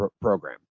program